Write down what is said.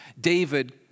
David